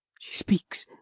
she speaks,